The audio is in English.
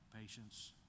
patience